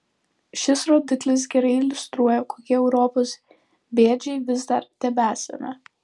šis rodiklis gerai iliustruoja kokie europos bėdžiai vis dar tebesame